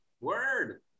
Word